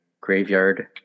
graveyard